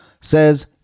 says